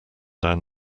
down